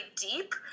deep